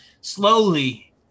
slowly